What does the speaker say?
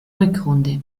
rückrunde